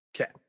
okay